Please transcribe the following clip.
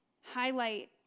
highlight